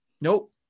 Nope